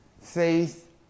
faith